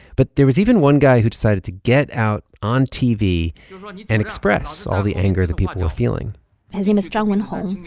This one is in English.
but there was even one who decided to get out on tv and express all the anger that people were feeling his name is zhong wonho.